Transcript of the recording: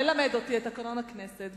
ללמד אותי את תקנון הכנסת,